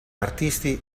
artisti